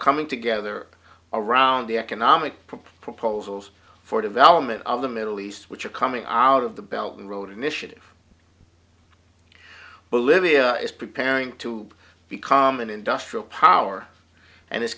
coming together around the economic proposals for development of the middle east which are coming are out of the belt and road initiative bolivia is preparing to become an industrial power and it's